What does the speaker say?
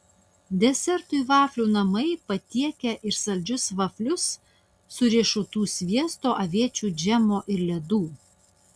desertui vaflių namai patiekia ir saldžius vaflius su riešutų sviesto aviečių džemo ir ledų